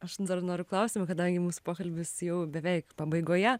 aš dar noriu klausimo kadangi mūsų pokalbis jau beveik pabaigoje